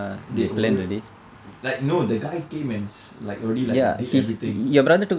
dey ஒரு:oru like no the guy came and already like only like did everything